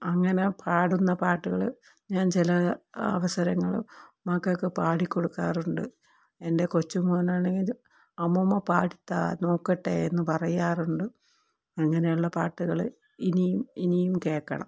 അങ്ങനെ പാടുന്ന പാട്ടുകൾ ഞാൻ ചില അവസരങ്ങൾ മക്കൾക്ക് പാടി കൊടുക്കാറുണ്ട് എൻ്റെ കൊച്ചു മോനാണെങ്കിൽ അമ്മൂമ്മ പാടിത്തരൂ നോക്കട്ടേ എന്ന് പറയാറുണ്ട് അങ്ങനെയുള്ള പാട്ടുകൾ ഇനിയും ഇനിയും കേൾക്കണം